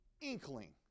inkling